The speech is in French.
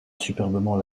superbement